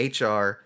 HR